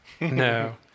no